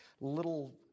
little